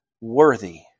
Worthy